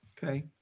okay,